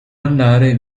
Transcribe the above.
andare